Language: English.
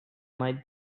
might